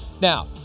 Now